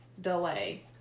delay